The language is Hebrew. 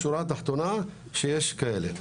בשורה התחתונה שיש כאלה.